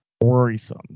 worrisome